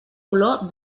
color